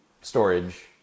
storage